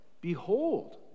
behold